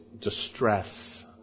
distress